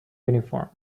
uniform